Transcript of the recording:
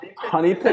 Honey